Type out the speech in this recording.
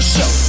Show